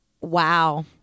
wow